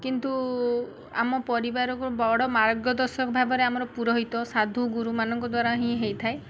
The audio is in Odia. କିନ୍ତୁ ଆମ ପରିବାରକୁ ବଡ଼ ମାର୍ଗଦର୍ଶକ ଭାବରେ ଆମର ପୁରୋହିତ ସାଧୁ ଗୁରୁମାନଙ୍କ ଦ୍ୱାରା ହିଁ ହେଇଥାଏ